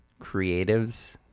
creatives